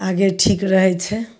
आगे ठीक रहै छै